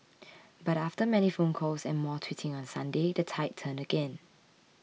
but after many phone calls and more tweeting on Sunday the tide turned again